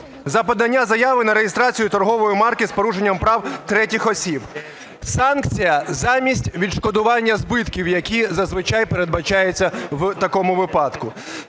за подання заяви на реєстрацію торгової марки з порушенням прав третіх осіб. Санкція замість відшкодування збитків, які зазвичай передбачаються в такому випадку.